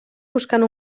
buscant